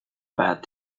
bad